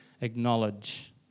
acknowledge